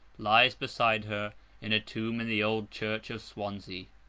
lies beside her in a tomb in the old church of swansea.